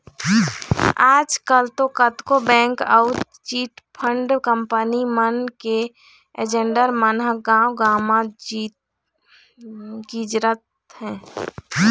आजकल तो कतको बेंक अउ चिटफंड कंपनी मन के एजेंट मन ह गाँव गाँव म गिंजरत हें